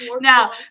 Now